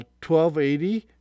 1280